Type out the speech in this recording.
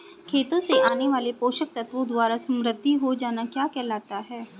खेतों से आने वाले पोषक तत्वों द्वारा समृद्धि हो जाना क्या कहलाता है?